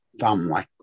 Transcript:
family